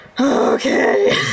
Okay